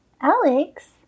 Alex